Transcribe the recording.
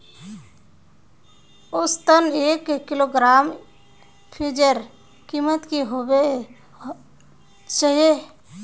औसतन एक किलोग्राम प्याजेर कीमत की होबे चही?